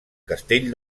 castell